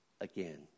again